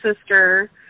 sister